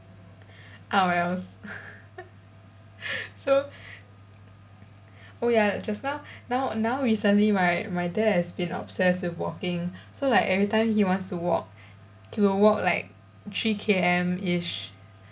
oh wells so oh ya just now now now recently my my dad has been obsessed with walking so like every time he wants to walk he would walk like three K_M -ish